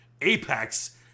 apex